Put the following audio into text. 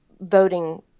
voting